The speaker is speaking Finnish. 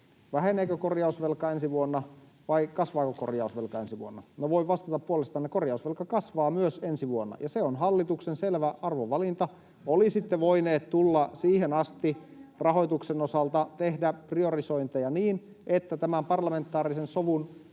väheneekö korjausvelka ensi vuonna vai kasvaako korjausvelka ensi vuonna. Minä voin vastata puolestanne: korjausvelka kasvaa myös ensi vuonna, ja se on hallituksen selvä arvovalinta. Olisitte voineet tulla rahoituksen osalta, tehdä priorisointeja, tämän parlamentaarisen sovun